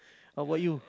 how bout you